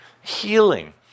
Healing